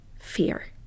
fear